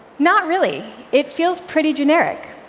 not really. it feels pretty generic.